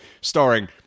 starring